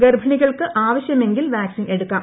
ഗർഭിണികൾക്ക് ആവശ്യമെങ്കിൽ വാക്സിൻ എടുക്കാം